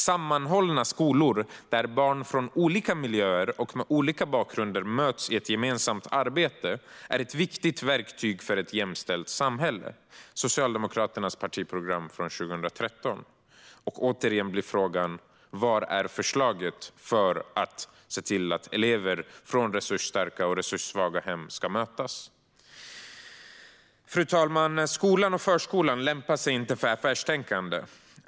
Sammanhållna skolor, där barn från olika miljöer och med olika bakgrund möts i ett gemensamt arbete, är ett viktigt verktyg för ett jämlikt samhälle." Återigen blir frågan: Var är förslaget för att se till att elever från resursstarka och resurssvaga hem möts? Fru talman! Skolan och förskolan lämpar sig inte för affärstänkande.